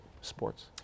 sports